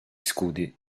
scudi